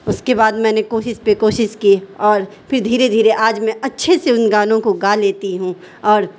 اس کے بعد میں نے کوشش پہ کوشش کی اور پھر دھیرے دھیرے آج میں اچھے سے ان گانوں کو گا لیتی ہوں اور